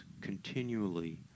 continually